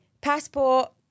passport